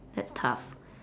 that's tough